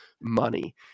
money